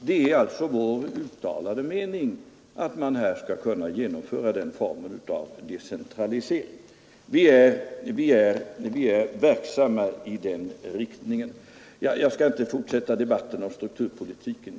Det är alltså vår uttalade mening att man skall kunna genomföra den formen av decentralisering, och vi är verksamma i den riktningen. Jag skall inte fortsätta debatten om strukturpolitiken.